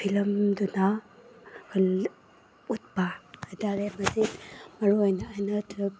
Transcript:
ꯐꯤꯂꯝꯗꯨꯗ ꯎꯠꯄ ꯍꯥꯏꯇꯥꯔꯦ ꯑꯃꯗꯤ ꯃꯔꯨ ꯑꯣꯏꯅ ꯑꯩꯅ ꯇꯨꯋꯦꯜꯄ ꯄꯥꯁ